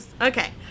Okay